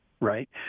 Right